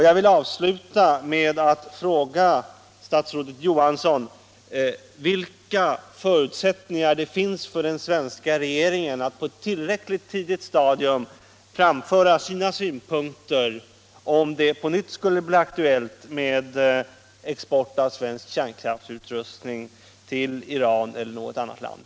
Jag vill avsluta med att fråga statsrådet Johansson vilka förutsättningar den svenska regeringen har att på ett tillräckligt tidigt stadium framföra sina synpunkter om det på nytt skulle bli aktuellt med export av svensk kärnkraftsutrustning till Iran eller något annat land.